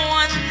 one